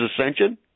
ascension